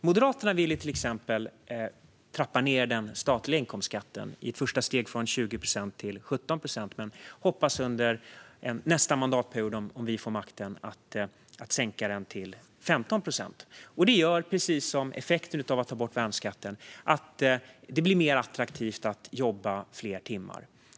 Moderaterna vill till exempel i ett första steg trappa ned den statliga inkomstskatten från 20 procent till 17 procent och hoppas om vi får makten under nästa mandatperiod att sänka den till 15 procent. Det gör, precis som när det gäller effekten av att ta bort värnskatten, att det blir mer attraktivt att jobba fler timmar.